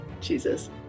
Jesus